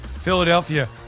Philadelphia